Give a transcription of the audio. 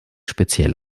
speziell